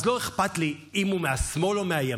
אז לא אכפת לי אם הוא מהשמאל או מהימין,